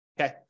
okay